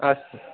अस्तु